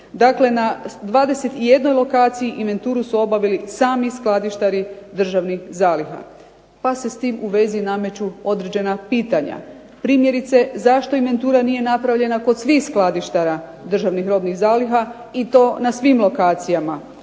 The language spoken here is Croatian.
Dakle, na 21 lokaciji inventuru su obavili sami skladištari državnih zaliha pa se s tim u vezi nameću određena pitanja. Primjerice, zašto inventura nije napravljena kod svih skladištara državnih robnih zaliha i to na svim lokacijama,